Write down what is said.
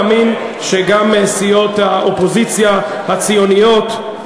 אני מקווה ומאמין שגם סיעות האופוזיציה הציוניות,